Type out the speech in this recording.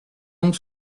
donc